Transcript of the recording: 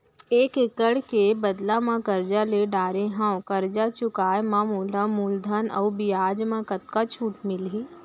एक एक्कड़ के बदला म करजा ले डारे हव, करजा चुकाए म मोला मूलधन अऊ बियाज म कतका छूट मिलही?